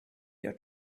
your